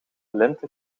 lente